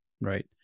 Right